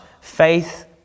faith